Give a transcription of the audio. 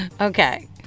Okay